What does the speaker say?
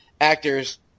actors